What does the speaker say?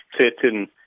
certain